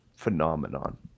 phenomenon